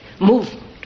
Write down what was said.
movement